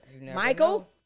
Michael